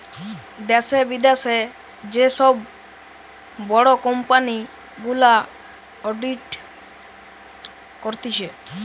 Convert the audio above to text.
দ্যাশে, বিদ্যাশে যে সব বড় কোম্পানি গুলা অডিট করতিছে